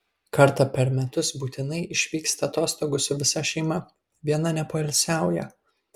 kartą per metus būtinai išvyksta atostogų su visa šeima viena nepoilsiauja